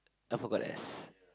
I forgot the S